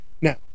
Now